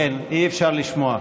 כן, אי-אפשר לשמוע.